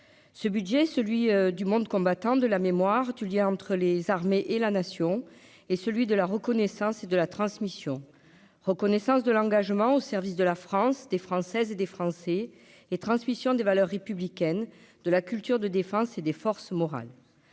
ce budget, celui du monde combattant de la mémoire du lien entre les armées et la nation, et celui de la reconnaissance de la transmission, reconnaissance de l'engagement au service de la France des Françaises et des Français et transmission des valeurs républicaines, de la culture de défense et des forces morales,